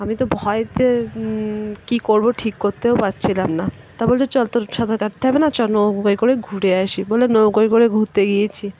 আমি তো ভয় পেয়ে কী করবো ঠিক করতেও পারছিলাম না তা বলছে চল তোকে সাঁতার কাটতে হবে না চল নৌকাই করে ঘুরে আসি বলে নৌকাই করে ঘুরতে গিয়েছি